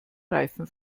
reifen